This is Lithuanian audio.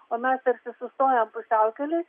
o mes tarsi sustojam pusiaukelėj